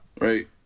right